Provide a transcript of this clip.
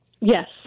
Yes